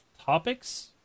topics